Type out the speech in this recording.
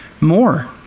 more